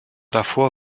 davor